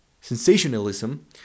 Sensationalism